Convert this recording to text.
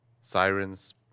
Sirens